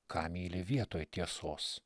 ką myli vietoj tiesos